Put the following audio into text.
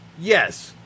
yes